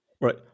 Right